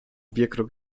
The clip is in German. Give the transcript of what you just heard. bierkrug